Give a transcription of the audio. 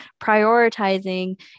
prioritizing